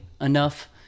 enough